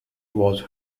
was